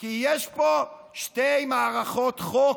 כי יש פה שתי מערכות חוק.